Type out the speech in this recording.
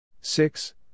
six